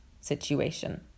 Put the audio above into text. situation